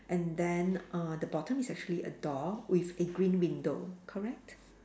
and then uh the bottom is actually a door with a green window correct